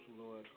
Lord